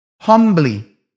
humbly